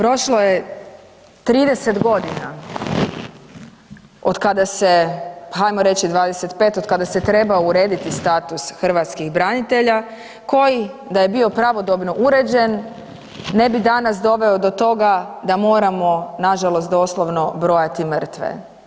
Prošlo je 30 godina od kada se, ajmo reći 25 od kada se trebao urediti status hrvatskih branitelja koji da je bio pravodobno uređen ne bi danas doveo do toga da moramo nažalost doslovno brojati mrtve.